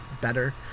better